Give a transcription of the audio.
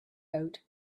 out